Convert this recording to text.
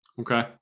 Okay